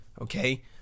okay